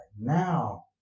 now